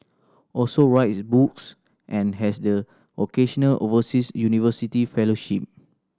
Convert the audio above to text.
also writes books and has the occasional overseas university fellowship